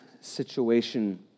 situation